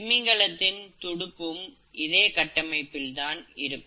திமிங்கலத்தின் துடுப்பும் இதே கட்டமைப்பில் தான் இருக்கும்